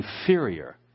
inferior